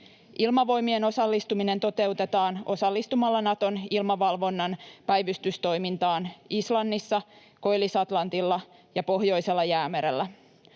Ilmavoimien osallistuminen toteutetaan osallistumalla Naton ilmavalvonnan päivystystoimintaan Islannissa, Koillis-Atlantilla ja Pohjoisella jäämerellä.